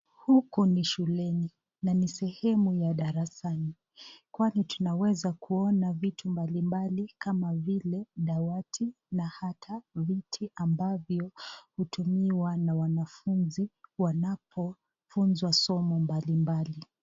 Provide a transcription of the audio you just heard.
Huku ni shuleni na ni sehemu ya darasani kwani tunaweza kuona vitu mbalimbali kama vile dawati na hata viti ambavyo vinatumiwa na wanafunzi wanapofunzwa somo mbali mbali.